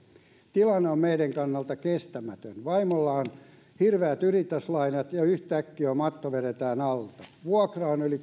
tilanne on meidän kannalta kestämätön vaimolla on hirveät yrityslainat ja yhtäkkiä matto vedetään alta vuokra on yli